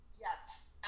yes